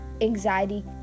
anxiety